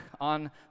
on